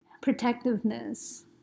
protectiveness